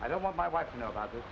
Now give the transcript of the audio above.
i don't want my wife to know about this